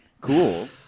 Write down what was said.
cool